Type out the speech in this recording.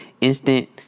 instant